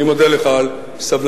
אני מודה לך על סבלנותך.